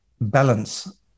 balance